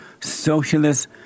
socialist